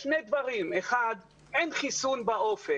יש שני דברים: אחד, אין חיסון באופק.